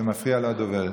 זה מפריע לדוברת.